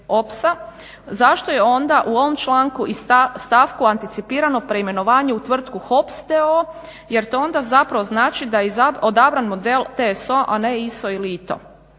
zašto je onda u ovom članku i stavku antipicirano preimenovanje u tvrtku HOPS d.o.o. je to onda zapravo znači da odabran model TSO ne ISO ili ITO.